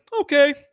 okay